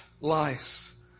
lies